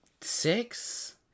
six